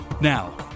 Now